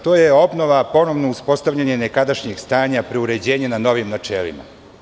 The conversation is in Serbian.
To je obnova ponovnog uspostavljanja nekadašnjeg stanja, preuređenja na novim načelima.